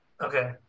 Okay